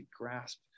grasp